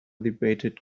debated